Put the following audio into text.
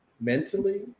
mentally